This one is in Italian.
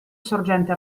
sorgente